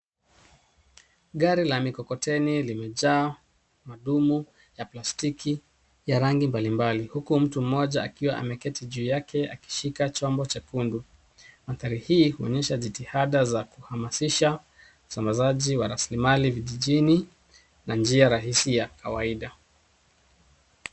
Gari la mkokoteni limejaa madumu ya plastiki ya rangi mbalimbali huku mtu mmoja akiwa ameketi juu yake akishika chombo chekundu. Mandhari hii huonyesha jitihada za kuhamasisha usambazaji wa rasilimali vijijini na njia ya rahisi ya kawaida.